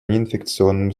неинфекционным